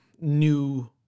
new